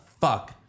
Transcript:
fuck